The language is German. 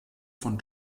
von